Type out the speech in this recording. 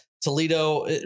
Toledo